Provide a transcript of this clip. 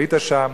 היית שם,